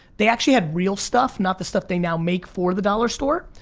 they actually had real stuff, not the stuff they now make for the dollar store.